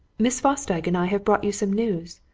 miss fosdyke and i have brought you some news.